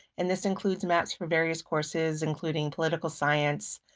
and this includes maps for various courses, including political science,